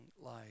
life